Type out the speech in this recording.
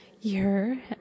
year